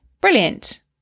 brilliant